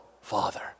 Father